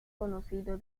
conocido